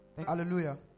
Hallelujah